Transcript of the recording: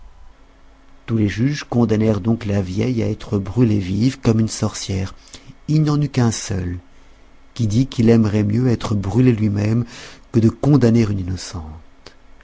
tous les juges condamnèrent donc la vieille à être brûlée toute vive comme une sorcière il n'y en eut qu'un seul qui dit qu'il aimerait mieux être brûlé lui-même que de condamner une innocente